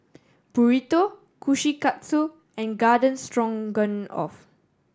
Burrito Kushikatsu and Garden Stroganoff